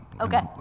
Okay